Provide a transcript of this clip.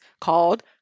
called